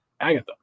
Agatha